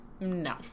No